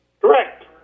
Correct